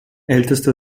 ältester